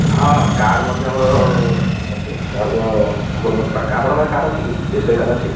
ହଁ କାର୍ଡ଼ ମଧ୍ୟ ଆମର ଅଛି କାର୍ଡ଼ ଆପଣଙ୍କ ଆପଣଙ୍କ ପାଖରେ କାର୍ଡ଼ ଅଛି କି ଏସ୍ ବି ଆଇ କାର୍ଡ଼ ଅଛି